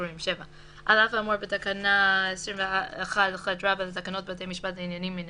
השחרורים 7. על אף האמור בתקנה 21ח לתקנות בתי משפט לעניינים מינהליים,